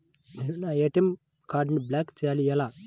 నేను నా ఏ.టీ.ఎం కార్డ్ను బ్లాక్ చేయాలి ఎలా?